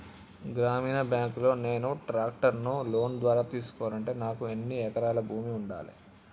గ్రామీణ బ్యాంక్ లో నేను ట్రాక్టర్ను లోన్ ద్వారా తీసుకోవాలంటే నాకు ఎన్ని ఎకరాల భూమి ఉండాలే?